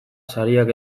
sariak